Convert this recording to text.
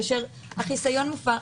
כאשר החיסיון מופר,